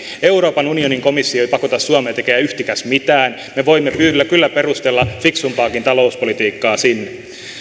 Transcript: euroopan unionin komissio ei pakota suomea tekemään yhtikäs mitään me voimme kyllä kyllä perustella fiksumpaakin talouspolitiikkaa sinne